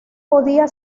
podía